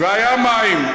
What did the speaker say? והיו מים.